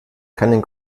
keinen